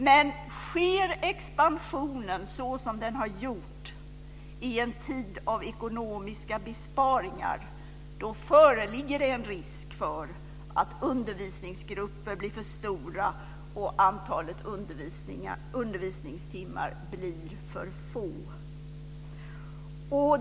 Men sker expansionen, såsom den har gjort, i en tid av ekonomiska besparingar föreligger en risk för att undervisningsgrupper blir för stora och antalet undervisningstimmar för litet.